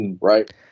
Right